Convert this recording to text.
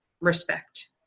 respect